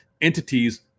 entities